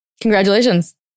Congratulations